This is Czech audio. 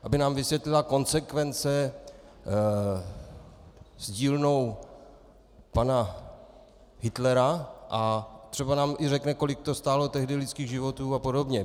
Aby nám vysvětlila konsekvence s dílnou pana Hitlera a třeba nám i řekne, kolik to tehdy stálo lidských životů a podobně.